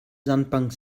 sandbank